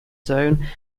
zone